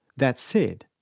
that said,